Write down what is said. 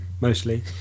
mostly